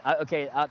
Okay